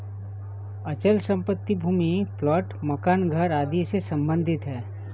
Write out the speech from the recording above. अचल संपत्ति भूमि प्लाट मकान घर आदि से सम्बंधित है